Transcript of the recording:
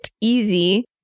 easy